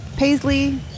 Paisley